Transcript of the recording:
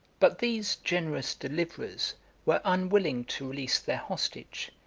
but these generous deliverers were unwilling to release their hostage,